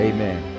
Amen